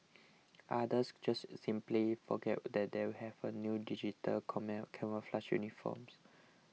others just simply forgot that they have a new digital camouflage uniforms